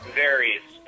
varies